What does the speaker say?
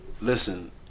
listen